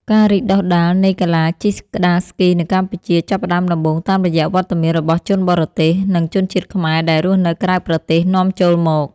ការរីកដុះដាលនៃកីឡាជិះក្ដារស្គីនៅកម្ពុជា ចាប់ផ្ដើមដំបូងតាមរយៈវត្តមានរបស់ជនបរទេស និងជនជាតិខ្មែរដែលរស់នៅក្រៅប្រទេសនាំចូលមក។